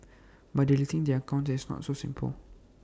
but deleting their accounts is not so simple